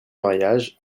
mariage